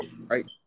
right